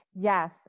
Yes